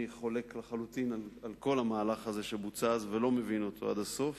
אני חולק לחלוטין על כל המהלך הזה שבוצע אז ולא מבין אותו עד הסוף,